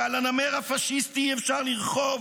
שעל הנמר הפשיסטי אי-אפשר לרכוב,